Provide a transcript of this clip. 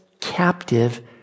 captive